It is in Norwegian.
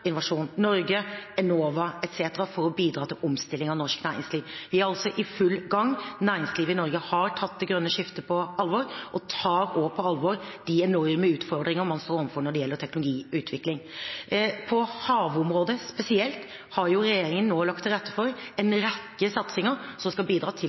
Innovasjon Norge, Enova etc. for å bidra til omstilling av norsk næringsliv. Vi er altså i full gang. Næringslivet i Norge har tatt det grønne skiftet på alvor, og tar også på alvor de enorme utfordringene man står overfor når det gjelder teknologiutvikling. På havområdet spesielt har regjeringen nå lagt til rette for en rekke satsinger som skal bidra til